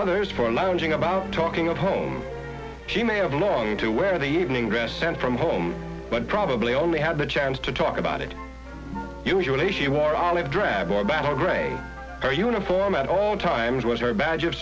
others for lounging about talking at home she may have longed to wear the evening dress sent from home but probably only had the chance to talk about it usually she wore olive drab or better grey her uniform at all times was very badge of